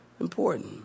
Important